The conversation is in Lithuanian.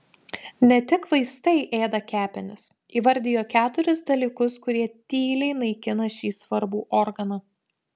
ne tik vaistai ėda kepenis įvardijo keturis dalykus kurie tyliai naikina šį svarbų organą